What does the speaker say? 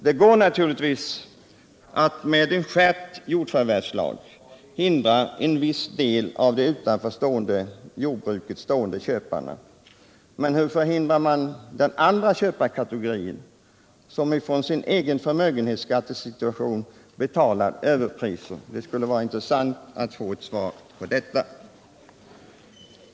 Det går naturligtvis att med en skärpt jordförvärvslag hindra en viss del av de utanför jordbruket stående köparna. Men hur hindrar man den andra köparkategorin, som utifrån sin egen förmögenhetsskattesituation betalar överpriser? Det skulle vara intressant att få ett svar på detta.